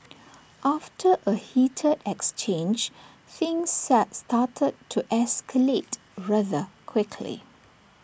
after A heated exchange things started to escalate rather quickly